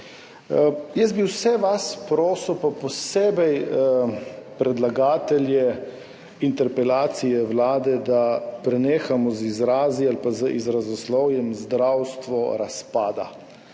ljudi. Vse vas bi prosil, pa posebej predlagatelje interpelacije vlade, da prenehamo z izrazi ali z izrazoslovjem »zdravstvo razpada«.